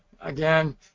Again